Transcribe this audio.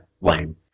lame